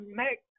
make